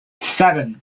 seven